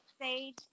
Sage